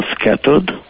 scattered